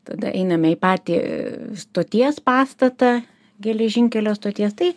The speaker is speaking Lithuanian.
tada einame į patį stoties pastatą geležinkelio stoties tai